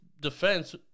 defense